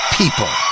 people